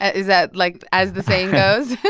is that, like, as the saying goes?